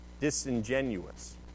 disingenuous